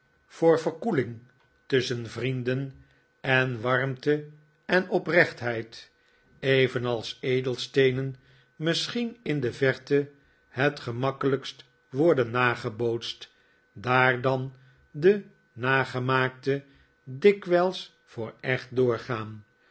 kwam verkoeling tusschen vrienden en warmte en oprechtheid evenals edelsteenen misschien in de verte het gemakkelijkst worden nagebootst daar dan de nagemaakte dikwijls voor echte doorgaan